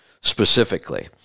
Specifically